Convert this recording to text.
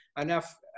enough